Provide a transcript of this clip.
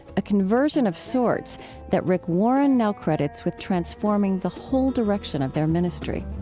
a conversion of sorts that rick warren now credits with transforming the whole direction of their ministry